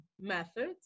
methods